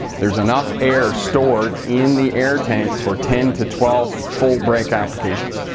there's enough air stored in the air tanks for ten to twelve full brake applications.